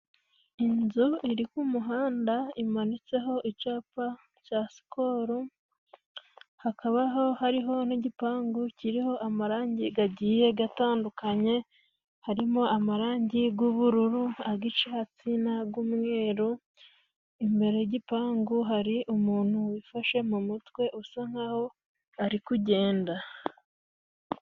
Inzu iri ku muhanda imanitseho icapa ca Sikoro, hakaba hariho n'igipangu kiriho amarangi gagiye gatandukanye, harimo amarangi g'ubururu, ag'icatsi n'ag'umweru. Imbere y'igipangu hari umuntu wifashe mu mutwe usa nk'aho ari kugenda.